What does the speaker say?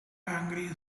angry